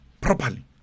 properly